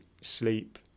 sleep